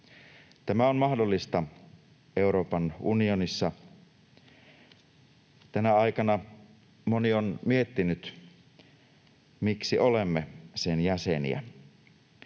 Tämä on mahdollista Euroopan unionissa. Tänä aikana moni on miettinyt, miksi olemme sen jäseniä.